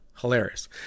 hilarious